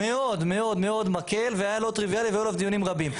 מאוד מאוד מאוד מקל והיה לא טריוויאלי והיו עליו דיונים רבים,